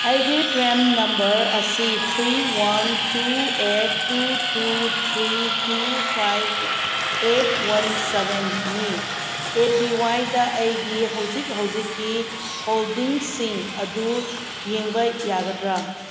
ꯑꯩꯒꯤ ꯄ꯭ꯔꯥꯟ ꯅꯝꯕꯔ ꯑꯁꯤ three one two eight two two three two five eight one seven ꯅꯤ A P ꯋꯥꯏꯗ ꯑꯩꯒꯤ ꯍꯧꯖꯤꯛ ꯍꯧꯖꯤꯛꯀꯤ ꯍꯣꯜꯗꯤꯡꯁꯤꯡ ꯑꯗꯨ ꯌꯦꯡꯕ ꯌꯥꯒꯗ꯭ꯔꯥ